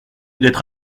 d’être